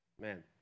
Man